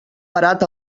barat